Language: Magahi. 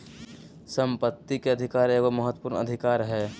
संपत्ति के अधिकार एगो महत्वपूर्ण अधिकार हइ